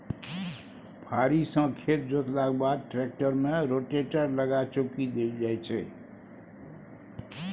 फारी सँ खेत जोतलाक बाद टेक्टर मे रोटेटर लगा चौकी देल जाइ छै